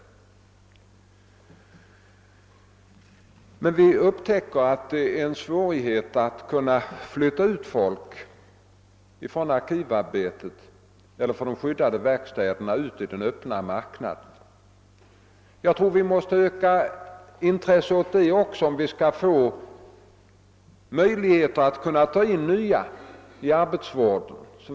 Vi har emellertid funnit att det är svårt att flytta folk från arkivarbete eller skyddade verkstäder ut i den öppna marknaden. Jag tror att vi måste ägna ökat intresse åt den saken, om vi skall få möjlighet att ta in nya i ar betsvården.